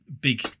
big